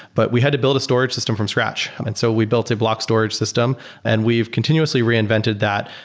but we had to build a storage system from scratch. and so we built a block storage system and we've continuously reinvented that.